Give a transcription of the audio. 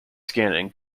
scanning